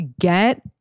get